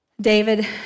David